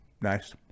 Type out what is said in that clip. Nice